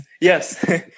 Yes